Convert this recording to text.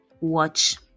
watch